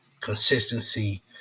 Consistency